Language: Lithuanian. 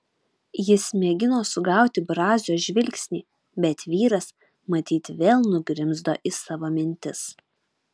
jis mėgino sugauti brazio žvilgsnį bet vyras matyt vėl nugrimzdo į savo mintis